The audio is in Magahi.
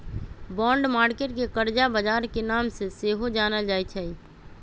बॉन्ड मार्केट के करजा बजार के नाम से सेहो जानल जाइ छइ